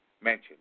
mentioned